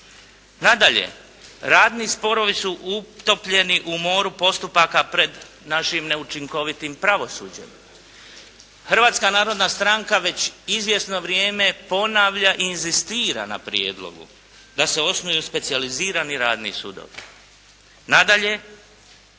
Nadalje, radni sporovi su utopljeni u moru postupaka pred našim neučinkovitim pravosuđem. Hrvatska narodna stranka već izvjesno vrijeme ponavlja i inzistira na prijedlogu da se osnuju specijalizirani radni sudovi. Nadalje,